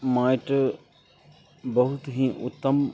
माटि बहुत ही उत्तम